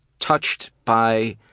touched by